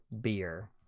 beer